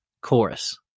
Chorus